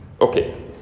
Okay